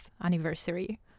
anniversary